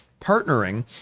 partnering